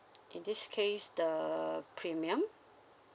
in this case the premium